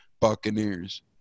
buccaneers